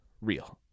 real